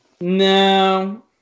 No